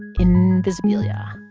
invisibilia.